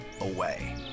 away